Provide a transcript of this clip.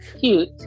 cute